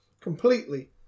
completely